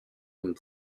and